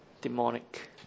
demonic